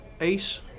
Ace